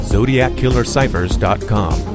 ZodiacKillerCiphers.com